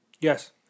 Yes